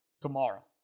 tomorrow